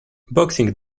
boxing